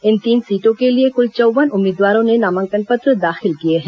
इन तीन सीटों के लिए कुल चौव्वन उम्मीदवारों ने नामांकन पत्र दाखिल किए हैं